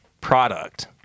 product